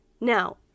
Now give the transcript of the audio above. Now